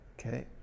Okay